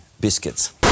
Biscuits